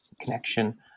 connection